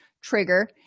trigger